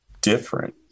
different